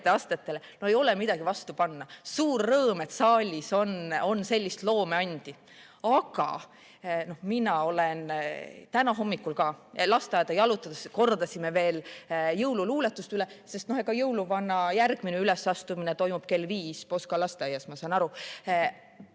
ole mul midagi vastu panna. On suur rõõm, et saalis on sellist loomeandi. Aga ka mina olen täna hommikul [valmistunud], lasteaeda jalutades kordasime veel jõululuuletust üle, sest jõuluvana järgmine ülesastumine toimub kell viis Poska lasteaias, nagu ma saan aru.